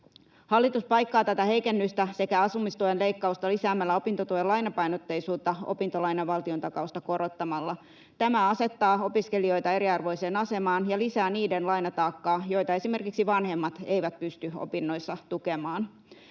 Hallitus paikkaa tätä heikennystä sekä asumistuen leikkausta lisäämällä opintotuen lainapainotteisuutta opintolainan valtiontakausta korottamalla. Tämä asettaa opiskelijoita eriarvoiseen asemaan ja lisää niiden lainataakkaa, joita esimerkiksi vanhemmat eivät pysty opinnoissa tukemaan.